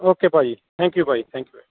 okay ਭਾਅ ਜੀ thank you ਭਾਅ ਜੀ ਥੈਂਕਯੂ ਭਾਅ ਜੀ